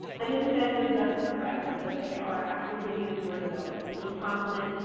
and then the measure does progress so that they are actually getting into word building. initial consonant,